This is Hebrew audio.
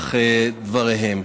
במהלך דבריהם.